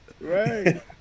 right